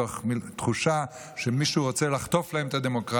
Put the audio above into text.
מתוך מין תחושה שמישהו רוצה לחטוף להם את הדמוקרטיה.